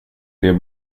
det